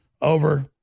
over